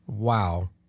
Wow